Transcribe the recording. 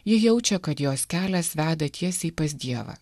ji jaučia kad jos kelias veda tiesiai pas dievą